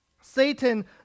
Satan